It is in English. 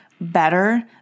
better